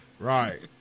Right